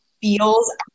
feels